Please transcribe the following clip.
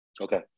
Okay